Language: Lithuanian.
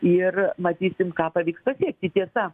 ir matysim ką pavyks pasiekti tiesa